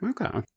Okay